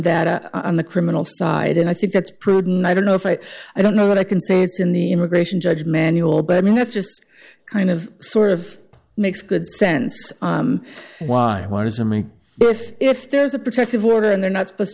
that on the criminal side and i think that's prudent i don't know if i i don't know that i can say it's in the immigration judge manual but i mean that's just kind of sort of makes good sense why wires are made but if if there's a protective order and they're not supposed